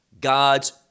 god's